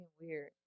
Weird